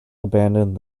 abandoned